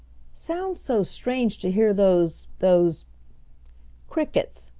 sounds so strange to hear those those crickets,